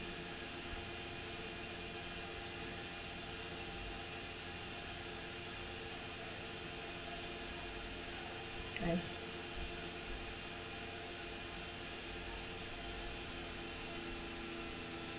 I see